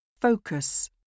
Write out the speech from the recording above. Focus